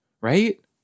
Right